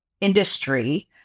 industry